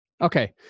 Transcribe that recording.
Okay